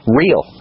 real